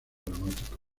dramático